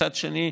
מצד שני,